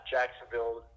Jacksonville